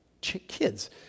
kids